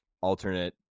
alternate